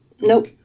Nope